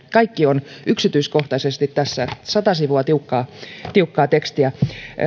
kaikki on yksityiskohtaisesti tässä sata sivua tiukkaa tiukkaa tekstiä